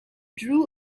drew